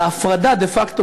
על ההפרדה דה-פקטו,